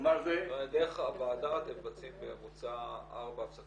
כלומר זה -- דרך הוועדה אתם מבצעים בממוצע ארבע הפסקות